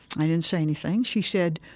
i didn't say anything. she said,